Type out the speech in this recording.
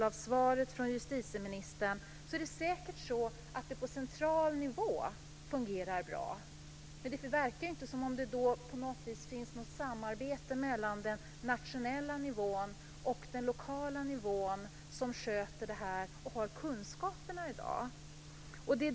Av svaret från justitieministern framgår det att det på central nivå säkert fungerar bra, men det verkar inte finnas något samarbete mellan den nationella nivån och den lokala nivån som sköter detta och har kunskaperna.